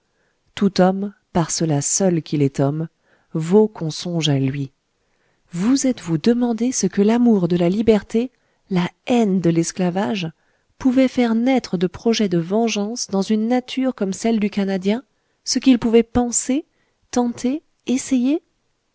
tout homme par cela seul qu'il est homme vaut qu'on songe à lui vous êtes-vous demandé ce que l'amour de la liberté la haine de l'esclavage pouvaient faire naître de projets de vengeance dans une nature comme celle du canadien ce qu'il pouvait penser tenter essayer